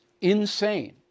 insane